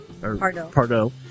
Pardo